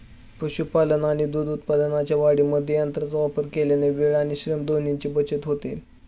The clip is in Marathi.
पशुपालन आणि दूध उत्पादनाच्या वाढीमध्ये यंत्रांचा वापर केल्याने वेळ आणि श्रम दोन्हीची बचत होते